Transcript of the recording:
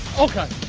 okay,